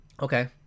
Okay